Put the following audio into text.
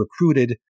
recruited